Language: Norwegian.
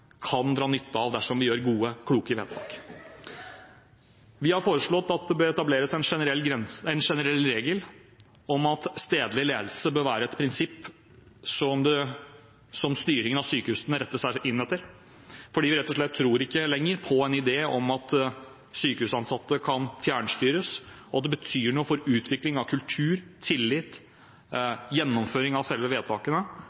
kan dra nytte av dersom vi gjør gode, kloke vedtak. Vi har foreslått at det etableres en generell regel om at stedlig ledelse bør være et prinsipp som styringen av sykehusene retter seg inn etter, for vi tror rett og slett ikke lenger på en idé om at sykehusansatte kan fjernstyres. Og det betyr noe for utviklingen av kultur, tillit